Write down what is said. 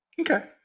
Okay